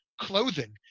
clothing